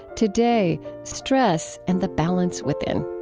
today, stress and the balance within.